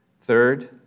Third